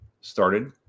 started